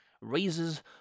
raises